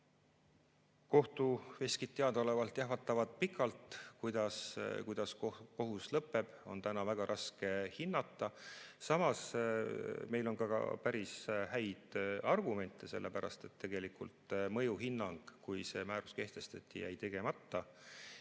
Kohtuveskid teadaolevalt jahvatavad pikalt. Kuidas kohtuasi lõpeb, on täna väga raske hinnata. Samas, meil on ka päris häid argumente, sellepärast et tegelikult mõjuhinnang, kui see määrus kehtestati, jäi tegemata.